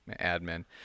admin